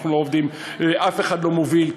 אף אחד לא מוביל.